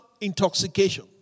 intoxication